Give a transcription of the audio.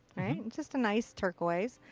right. just a nice turquoise.